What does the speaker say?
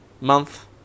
month